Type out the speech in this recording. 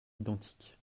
identiques